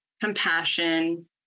compassion